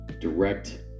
direct